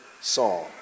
song